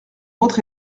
votre